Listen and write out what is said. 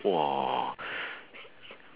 !wah!